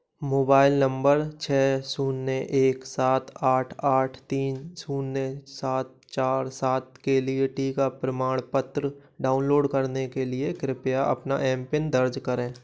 mobile number छ शून्य एक सात आठ आठ तीन शून्य सात चार सात के लिए टीका प्रमाणपत्र डाउनलोड करने के लिए कृपया अपना एम पिन दर्ज करें